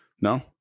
No